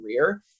career